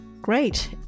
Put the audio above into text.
great